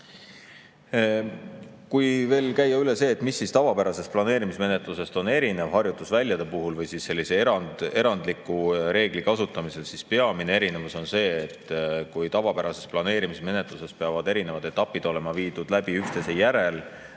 veel käia üle see, mis tavapärasest planeerimismenetlusest on erinev harjutusväljade puhul või sellise erandliku reegli kasutamise puhul, siis peamine erinevus on see, et kui tavapärases planeerimismenetluses peavad erinevad etapid olema viidud läbi üksteise järel,